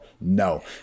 no